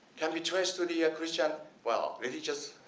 can be traced to the christian well religious,